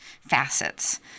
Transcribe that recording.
facets